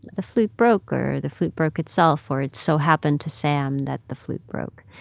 the flute broke, or the flute broke itself, or it so happened to sam that the flute broke.